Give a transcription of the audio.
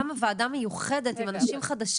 קמה ועדה מיוחדת עם אנשים חדשים.